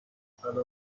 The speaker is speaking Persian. سلام